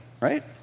right